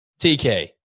TK